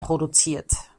produziert